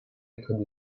être